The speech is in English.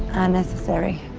unnecessary